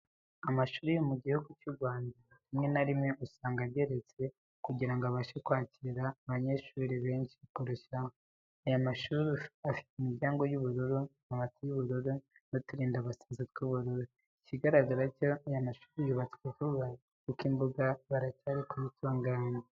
Amashuri yo mu gihugu cy'u Rwanda, rimwe na rimwe usanga ageretse kugira ngo abashe kwakira abanyeshuri benshi kurushaho. Aya mashuri afite imiryango y'ubururu, amabati y'ubururu n'uturindabasazi tw'ubururu. Ikigaragara cyo aya mashuri yubatswe vuba kuko imbuga baracyari kuyitunganya.